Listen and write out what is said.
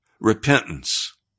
repentance